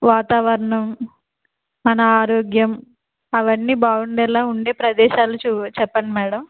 వాతావరణం అనారోగ్యం అవన్నీ బాగుండేలా ఉండే ప్రదేశాలు చూ చెప్పండి మేడం